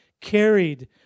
carried